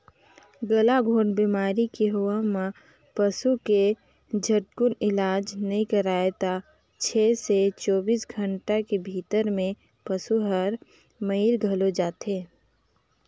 गलाघोंट बेमारी के होवब म पसू के झटकुन इलाज नई कराबे त छै से चौबीस घंटा के भीतरी में पसु हर मइर घलो जाथे